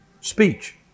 speech